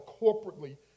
corporately